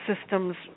systems